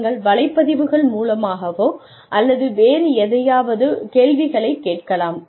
நீங்கள் வலைப்பதிவுகள் மூலமாகவோ அல்லது வேறு எதையாவது கேள்விகளைக் கேட்கலாம்